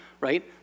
right